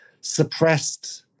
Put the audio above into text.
suppressed